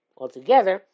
altogether